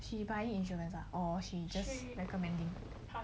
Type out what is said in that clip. she buying insurance ah or she just recommending